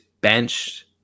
benched